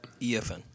EFN